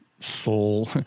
soul